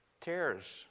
tears